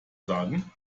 sagen